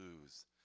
lose